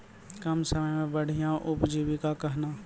कम समय मे बढ़िया उपजीविका कहना?